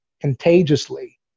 contagiously